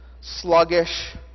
sluggish